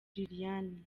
liliane